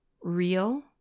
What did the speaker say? real